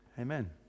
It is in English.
Amen